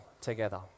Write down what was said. together